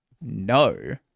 No